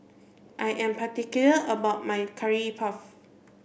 I am particular about my curry puff